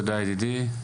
תודה ידידי.